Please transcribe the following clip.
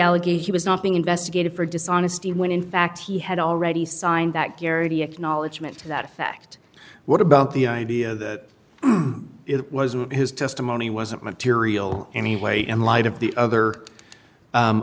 allegation was not being investigated for dishonesty when in fact he had already signed that garrity acknowledgment to that effect what about the idea that it wasn't his testimony wasn't material anyway in light of the other